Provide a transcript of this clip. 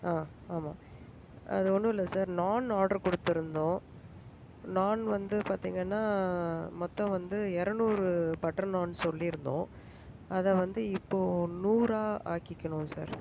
ஆ ஆமாம் அது ஒன்றும் இல்லை சார் நாண் ஆட்ரு கொடுத்துருந்தோம் நாண் வந்து பார்த்திங்கன்னா மொத்தம் வந்து இரநூறு பட்டர் நாண் சொல்லிருந்தோம் அதை வந்து இப்போது நூறாக ஆக்கிக்கணும் சார்